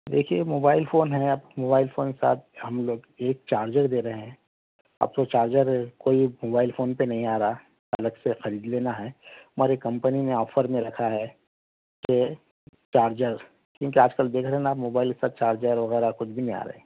دیکھیئے mobile phone ہے اب mobile phone ساتھ ہم لوگ ایک چارجر دے رہیں ہیں آپ کو چارجر کوئی موبائل فون پہ نہیں آ رہا الگ سے خرید لینا ہے ہماری کمپنی نے آفر میں رکھا ہے کہ چارجر کیونکہ آج کل دیکھ رہیں ہے نہ موبائل کا چارجر وغیرہ کچھ بھی نہیں آ رہے ہیں